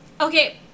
okay